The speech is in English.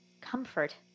comfort